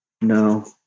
No